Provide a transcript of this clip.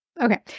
okay